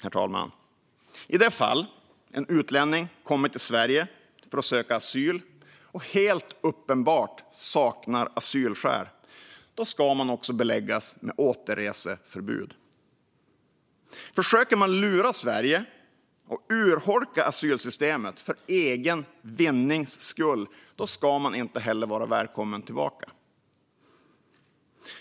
Slutligen - i det fall en utlänning kommer till Sverige för att söka asyl och helt uppenbart saknar asylskäl ska denne beläggas med återreseförbud. Försöker man lura Sverige och urholka asylsystemet för egen vinning ska man inte vara välkommen tillbaka.